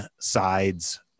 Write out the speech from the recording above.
sides